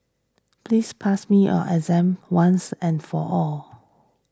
please pass me a exam once and for all